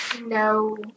No